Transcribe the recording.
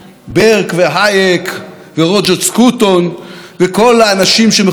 האנשים שמכנים את עצמם עמוד השדרה הפילוסופי של השמרנות.